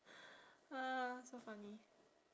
uh so funny